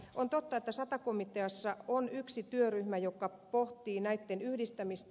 on totta että sata komiteassa on yksi työryhmä joka pohtii näitten yhdistämistä